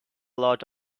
lot